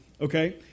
Okay